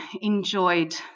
enjoyed